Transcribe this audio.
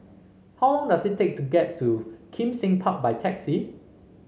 how long does it take to get to Kim Seng Park by taxi